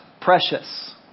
precious